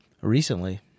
Recently